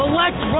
Elect